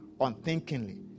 unthinkingly